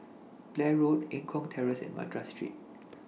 Blair Road Eng Kong Terrace and Madras Street